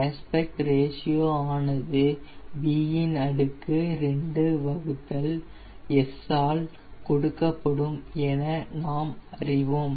aspect ratio ஆனது b இன் அடுக்கு 2 வகுத்தல் S ஆல் கொடுக்கப்படும் என நாம் அறிவோம்